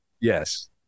Yes